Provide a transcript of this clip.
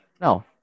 No